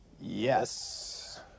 Yes